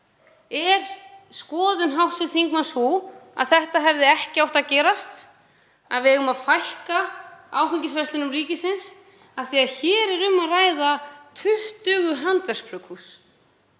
Er skoðun hv. þingmanns sú að þetta hefði ekki átt að gerast, að við eigum að fækka áfengisverslunum ríkisins? Hér er um að ræða 20 handverksbrugghús